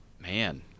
Man